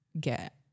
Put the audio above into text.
get